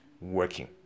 working